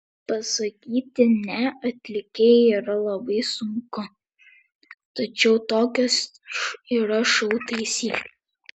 pasakyti ne atlikėjai yra labai sunku tačiau tokios yra šou taisyklės